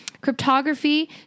Cryptography